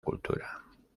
cultura